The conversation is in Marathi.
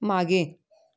मागे